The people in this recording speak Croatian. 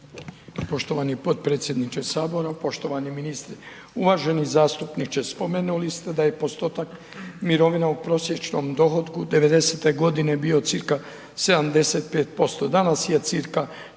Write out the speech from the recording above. Poštovani potpredsjedniče Sabora, poštovani ministre. Uvaženi zastupniče, spomenuli ste da je postotak mirovina u prosječnom dohotku 90-te godine bio cca 75%, danas je cca